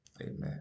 Amen